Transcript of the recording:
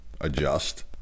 adjust